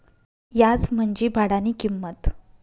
याज म्हंजी भाडानी किंमत